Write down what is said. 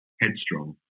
headstrong